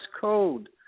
code